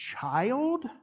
child